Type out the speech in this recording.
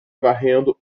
varrendo